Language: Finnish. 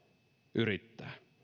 yrittää